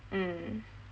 mm